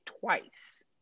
twice